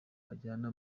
ajyana